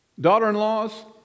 Daughter-in-laws